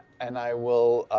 and i will